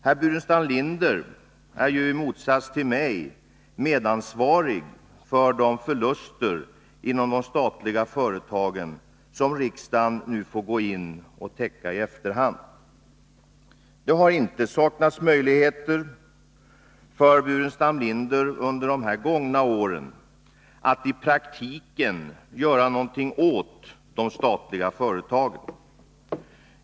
Herr Burenstam Linder är i motsats till mig medansvarig för de förluster inom de statliga företagen som riksdagen nu får gå in och täcka i efterhand. Det har inte saknats möjligheter för herr Burenstam Linder under de gångna åren att i praktiken göra någonting åt de statliga företagen.